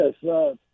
Yes